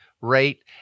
rate